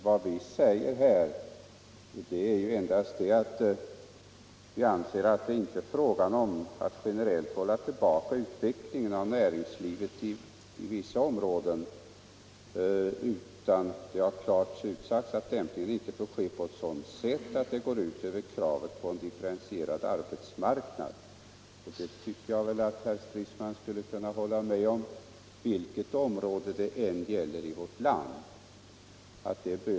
Vad vi säger är endast att det inte är fråga om att generellt hålla tillbaka utvecklingen av näringslivet i vissa områden utan att — det har klart utsagts - dämpningen inte får ske på sådant sätt att det går ut över kravet på en differentierad arbetsmarknad. Det tycker jag att herr Stridsman borde kunna hålla med om vilket område det än gäller i vårt land.